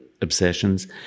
obsessions